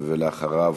ולאחריו,